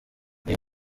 uyu